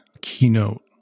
keynote